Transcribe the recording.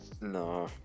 No